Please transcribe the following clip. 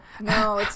no